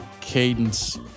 cadence